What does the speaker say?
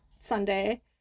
Sunday